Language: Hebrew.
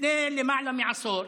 לפני למעלה מעשור,